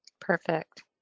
Perfect